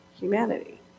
humanity